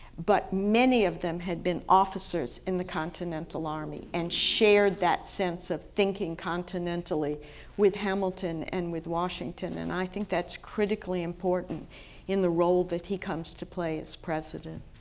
but many of them had been officers in the continental army and shared that sense of thinking continentally with hamilton and with washington and i think that's critically important in the role that he comes to play as president.